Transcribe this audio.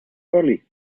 early